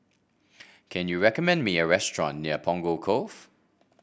can you recommend me a restaurant near Punggol Cove